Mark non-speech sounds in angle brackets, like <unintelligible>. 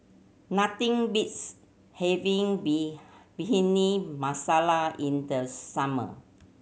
nothing beats having B <unintelligible> Bhindi Masala in the summer